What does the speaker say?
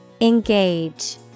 Engage